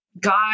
God